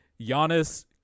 Giannis